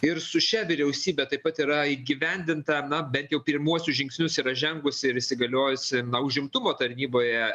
ir su šia vyriausybe taip pat yra įgyvendinta na bent jau pirmuosius žingsnius yra žengusi ir įsigaliojusi na užimtumo tarnyboje